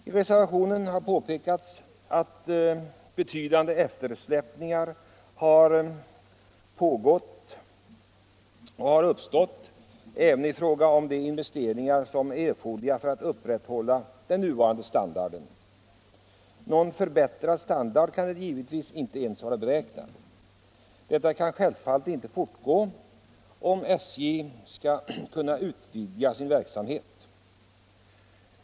I reservationen påpekas att betydande eftersläpningar uppstått även i fråga om de investeringar som är nödvändiga för att upprätthålla den nuvarande standarden. Någon förbättrad standard kan givetvis inte ens vara beräknad. Detta kan självfallet inte fortgå, om SJ skall kunna utvidga sin verksamhet.